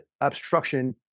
obstruction